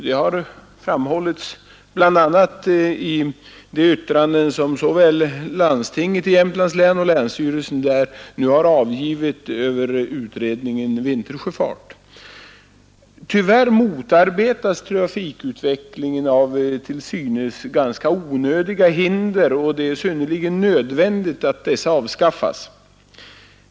Det har framhållits bl.a. i de yttranden som såväl landstinget i Jämtlands län som länsstyrelsen där nu har avgivit över utredningen Vintersjöfart. Tyvärr motarbetas trafikutvecklingen av till synes ganska onödiga hinder, och det är absolut nödvändigt att dessa avskaffas.